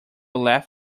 left